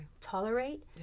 tolerate